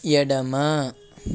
ఎడమ